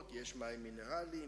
אני לא יודע אם כדאי להתחיל בזה,